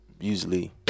usually